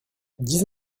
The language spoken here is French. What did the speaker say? dix